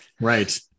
Right